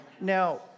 Now